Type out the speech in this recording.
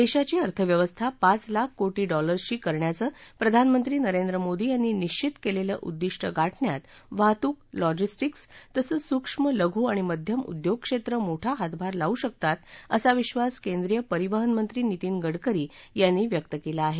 देशाची अर्थव्यवस्था पाच लाख कोटी डॉलर्सची करण्याचं प्रधानमंत्री नरेंद्र मोदी यांनी निश्वित केलेलं उद्दिष्ट गाठण्यात वाहतूक लॉजिस्टिक्स् तसंच सूक्ष्म लघु आणि मध्यम उद्योगक्षेत्र मोठा हातभार लावू शकतात असा विश्वास केंद्रीय परिवहन मंत्री नितीन गडकरी यांनी व्यक्त केला आहे